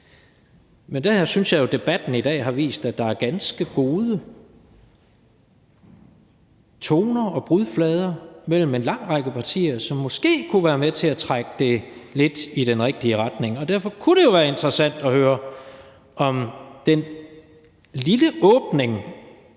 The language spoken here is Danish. Men der synes jeg jo, at debatten i dag har vist, at der er ganske gode toner og brudflader mellem en lang række partier, som måske kunne være med til at trække det lidt i den rigtige retning. Derfor kunne det jo være interessant at høre, om der er noget